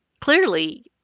clearly